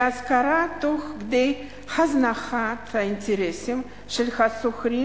להשכרה תוך כדי הזנחת אינטרסים של השוכרים